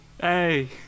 Hey